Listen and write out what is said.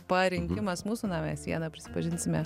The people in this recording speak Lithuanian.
parinkimas mūsų na mes vieną prisipažinsime